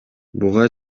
буга